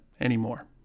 anymore